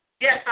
Yes